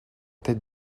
tête